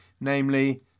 namely